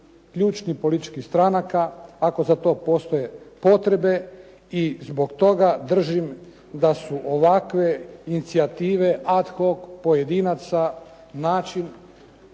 ključnih političkih stranaka ako za to postoje potrebe i zbog toga držim da su inicijative ad hoc pojedinaca način